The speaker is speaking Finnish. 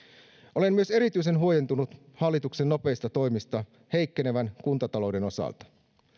olen myös erityisen huojentunut hallituksen nopeista toimista heikkenevän kuntatalouden osalta